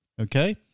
okay